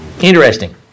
Interesting